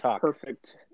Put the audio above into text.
perfect